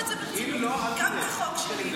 קחו את זה ברצינות, גם את החוק שלי.